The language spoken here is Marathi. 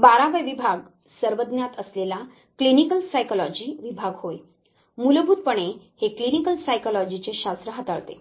बारावा विभाग सर्वज्ञात असलेला क्लिनिकल सायकॉलजी विभाग होय मूलभूतपणे हे क्लिनिकल सायकॉलजी चे शास्त्र हाताळते